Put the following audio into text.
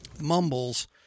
mumbles